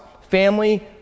family